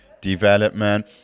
development